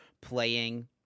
playing